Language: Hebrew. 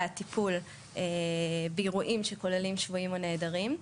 הטיפול באירועים שכוללים שבויים או נעדרים.